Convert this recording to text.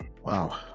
Wow